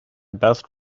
best